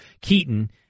Keaton